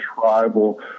tribal